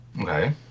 Okay